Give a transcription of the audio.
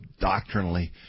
doctrinally